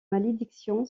malédiction